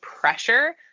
pressure